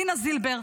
דינה זילבר,